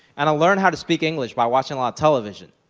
and i learned how to speak english by watching a lot of television.